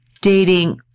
dating